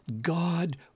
God